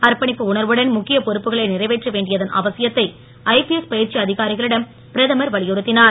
அர்ப்பணிப்பு உணர்வுடன் முக்கிய பொறுப்புக்களை நிறைவேற்ற வேண்டியதன் அவசியத்தை ஐபிஎஸ் பயிற்சி அதிகாரிகளிடம் பிரதமர் வலியுறுத்தினார்